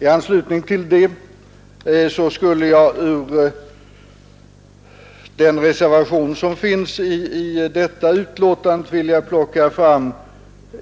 I anslutning till detta skulle jag ur den reservation som hör till detta betänkande vilja plocka fram